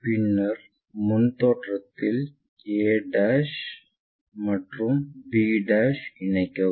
பின்னர் முன் தோற்றத்தில் a மற்றும் பி இணைக்கவும்